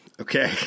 okay